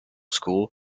school